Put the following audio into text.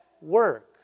work